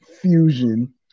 Fusion